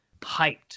hyped